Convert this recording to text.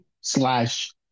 slash